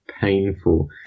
painful